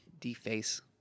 deface